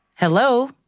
Hello